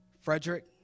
Frederick